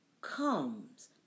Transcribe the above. comes